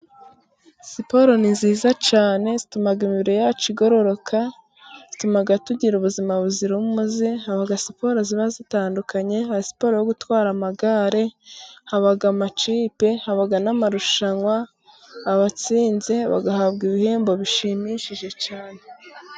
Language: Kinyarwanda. Siporo ni nziza cyane, zituma imibiri yacu igororoka zituma tugira ubuzima buzira umuze, haba siporo ziba zitandukanye, nka siporo yo gutwara amagare, haba amakipe, haba n'amarushanwa, abatsinze bagahabwa ibihembo bishimishije cyane.